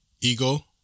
Ego